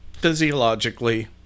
physiologically